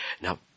now